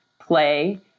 play